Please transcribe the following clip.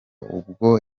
ubwo